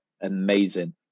amazing